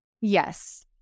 Yes